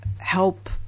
help